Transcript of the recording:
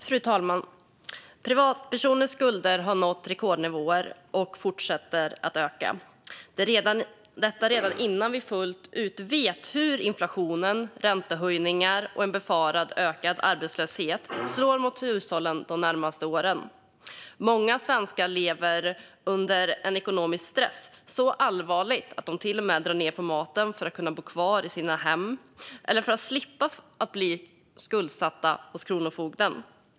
Fru talman! Privatpersoners skulder har nått rekordnivåer och fortsätter att öka, detta redan innan vi fullt ut vet hur inflation, räntehöjningar och en befarad ökning av arbetslösheten kommer att slå mot hushållen de närmaste åren. Många svenskar lever under en ekonomisk stress som är så allvarlig att de till och med drar ned på maten för att kunna bo kvar i sitt hem eller slippa bli skuldsatta hos Kronofogden.